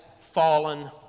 fallen